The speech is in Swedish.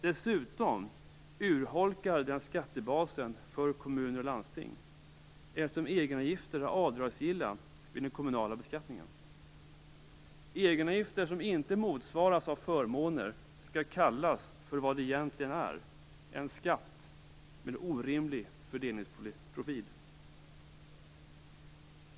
Dessutom urholkar den skattebasen för kommuner och landsting, eftersom egenavgifter är avdragsgilla vid den kommunala beskattningen. Egenavgifter som inte motsvaras av förmåner skall kallas för vad de egentligen är, dvs. en skatt med orimlig fördelningsprofil.